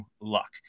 Luck